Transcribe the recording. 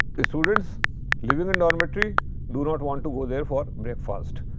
the students living in dormitory do not want to go there for breakfast.